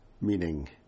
meaning